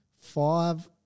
five